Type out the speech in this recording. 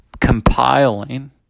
compiling